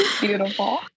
Beautiful